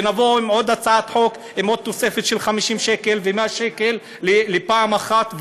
ונבוא עם עוד הצעת חוק ועם עוד תוספת של 50 שקל ו-100 שקל לפעם אחת,